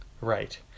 right